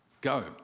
go